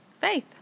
Faith